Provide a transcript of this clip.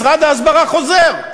משרד ההסברה חוזר.